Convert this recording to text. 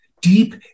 deep